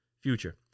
future